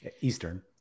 Eastern